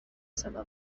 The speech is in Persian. صدا